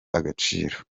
agaciro